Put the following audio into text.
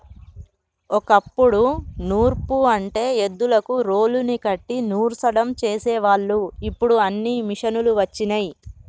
ఓ కప్పుడు నూర్పు అంటే ఎద్దులకు రోలుని కట్టి నూర్సడం చేసేవాళ్ళు ఇప్పుడు అన్నీ మిషనులు వచ్చినయ్